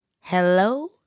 Hello